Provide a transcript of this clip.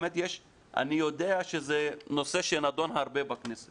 אני יודע שזה נושא שנדון הרבה בכנסת